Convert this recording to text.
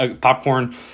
popcorn